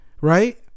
right